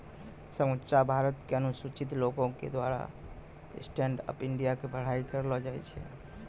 समुच्चा भारत के अनुसूचित लोको के द्वारा स्टैंड अप इंडिया के बड़ाई करलो जाय छै